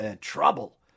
trouble